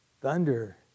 Thunder